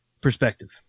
perspective